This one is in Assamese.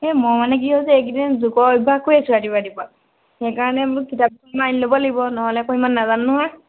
এই মই মানে কি হৈছে এইকেইদিন যোগৰ অভ্যাস কৰি আছোঁ ৰাতিপুৱা ৰাতিপুৱা সেইকাৰণে বোলো কিতাপ কেইখনমান আনি ল'ব লাগিব নহ'লে আকৌ ইমান নাজানো নহয়